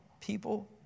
people